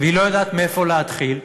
והיא לא יודעת מאיפה להתחיל,